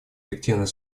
эффективный